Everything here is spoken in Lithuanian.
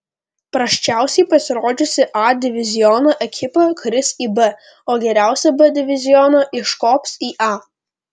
prasčiausiai pasirodžiusi a diviziono ekipa kris į b o geriausia b diviziono iškops į a